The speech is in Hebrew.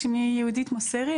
שמי יהודית מוסרי,